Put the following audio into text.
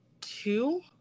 two